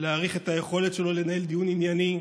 את היכולת שלו לנהל דיון ענייני,